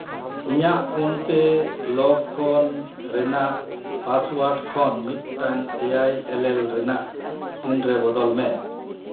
ᱤᱧᱟᱹᱜ ᱯᱷᱳᱱᱯᱮ ᱞᱚᱠ ᱠᱷᱚᱱ ᱨᱮᱱᱟᱜ ᱯᱟᱥᱳᱟᱨᱰ ᱠᱷᱚᱱ ᱢᱤᱫᱴᱟᱱ ᱮᱭᱟᱭ ᱮᱞᱞᱮᱞ ᱨᱮᱱᱟᱜ ᱯᱤᱱᱨᱮ ᱵᱚᱫᱚᱞ ᱢᱮ